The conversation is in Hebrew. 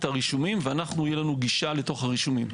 הרישומים ואנחנו תהיה לנו גישה לתוך הרישומים.